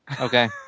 Okay